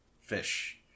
fish